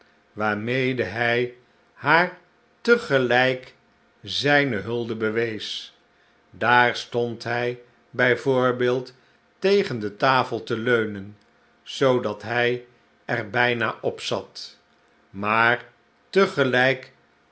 waarmede hij haar tegelijk zijne hude bewees daar stond hij bij voorbeeld tegen de tafel te leunen zoodat hij er bijna op zat maar tegelijk